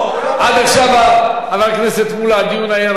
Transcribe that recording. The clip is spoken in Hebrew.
עד עכשיו, חבר הכנסת מולה, הדיון היה רדום.